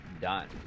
done